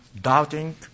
doubting